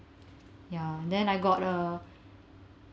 ya then I got a